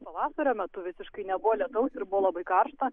pavasario metu visiškai nebuvo lietaus ir buvo labai karšta